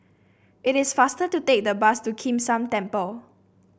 it is faster to take the bus to Kim San Temple